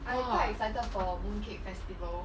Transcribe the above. !wah!